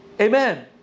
Amen